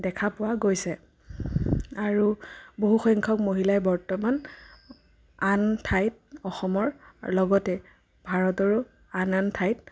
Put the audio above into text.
দেখা পোৱা গৈছে আৰু বহুসংখ্যক মহিলাই বৰ্তমান আন ঠাইত অসমৰ লগতে ভাৰতৰো আন আন ঠাইত